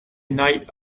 night